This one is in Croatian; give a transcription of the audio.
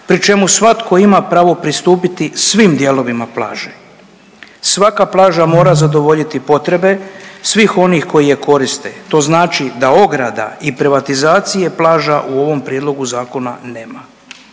pri čemu svatko ima pravo pristupiti svim dijelovima plaže. Svaka plaža mora zadovoljiti potrebe svih onih koji je koriste, to znači da ograda i privatizacije plaža u ovom Prijedlogu zakona nema.